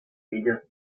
villas